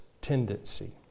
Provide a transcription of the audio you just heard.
tendency